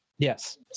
Yes